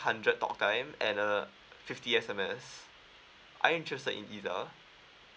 hundred talk time and uh fifty S_M_S are you interested in either